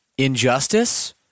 injustice